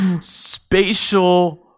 Spatial